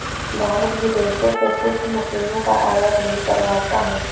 भारत विदेशों से कुछ मशीनों का आयात भी करवाता हैं